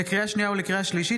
לקריאה שנייה ולקריאה שלישית,